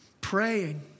Praying